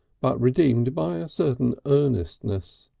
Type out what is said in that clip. but redeemed by a certain earnestness.